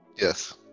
Yes